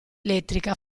elettrica